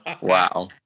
Wow